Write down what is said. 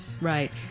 right